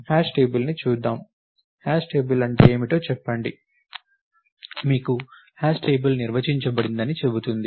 hash టేబుల్ని చూద్దాం hash table అంటే ఏమిటో చెప్పండి మీకు హ్యాష్ టేబుల్ నిర్వచించబడిందని చెబుతుంది